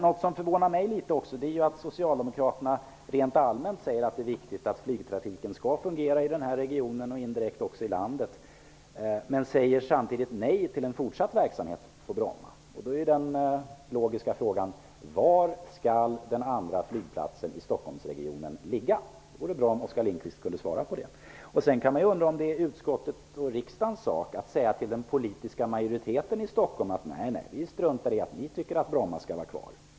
Något som förvånar mig litet är att socialdemokraterna rent allmänt säger att det är viktigt att flygtrafiken skall fungera i denna region, och indirekt därmed också i landet i övrigt, men samtidigt säger nej till en fortsatt verksamhet på Bromma. Då är den logiska frågan: Var skall den andra flygplatsen i Stockholmsregionen ligga? Det vore bra om Oskar Lindkvist kunde svara på det. Man kan också undra om det är utskottets och riksdagens sak att säga till den politiska majoriteten i Stockholm att man struntar i om den tycker att Bromma flygplats skall vara kvar.